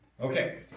Okay